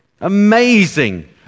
Amazing